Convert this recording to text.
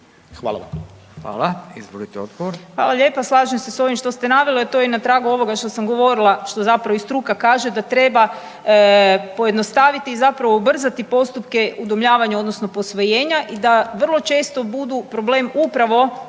**Marić, Andreja (SDP)** Hvala lijepa. Slažem se s ovim što ste naveli, a to je na tragu ovoga što sam govorila što zapravo i struka kaže da treba pojednostaviti i zapravo ubrzati postupke udomljavanja odnosno posvojenja i da vrlo često budu problem upravo